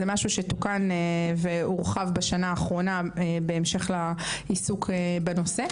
זה משהו שתוקן והורחב בשנה האחרונה בהמשך לעיסוק בנושא,